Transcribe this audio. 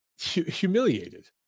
humiliated